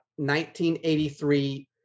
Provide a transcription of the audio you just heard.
1983